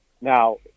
now